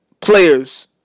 players